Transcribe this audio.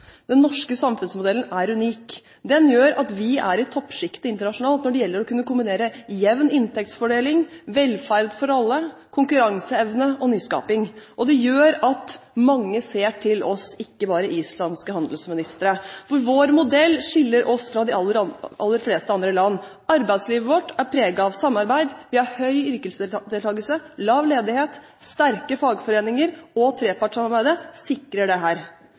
Den norske samfunnsmodellen er unik. Den gjør at vi er i toppsjiktet internasjonalt når det gjelder å kunne kombinere jevn inntektsfordeling, velferd for alle, konkurranseevne og nyskaping. Det gjør at mange ser til oss, ikke bare en islandsk handelsminister. Med vår modell skiller vi oss ut fra de aller fleste andre land. Arbeidslivet vårt er preget av samarbeid. Vi har høy yrkesdeltakelse, lav ledighet og sterke fagforeninger. Trepartssamarbeidet sikrer